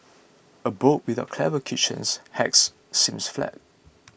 a book without clever kitchens hacks seems flat